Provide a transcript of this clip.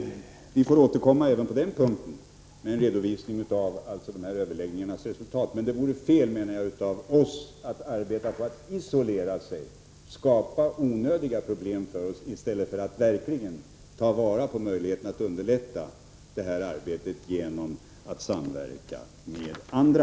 Vi får återkomma även på den punkten med en redovisning av resultaten från överläggningarna i fråga. Det vore fel av oss, menar jag, om vi arbetade för en isolation. Då skulle vi bara skapa onödiga problem för oss i stället för att verkligen ta vara på möjligheterna att underlätta det här arbetet genom samverkan med andra.